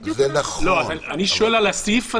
הסעיף הזה,